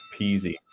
peasy